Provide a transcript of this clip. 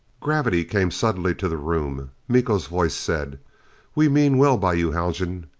gravity came suddenly to the room. miko's voice said we mean well by you, haljan.